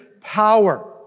power